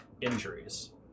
injuries